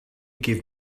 give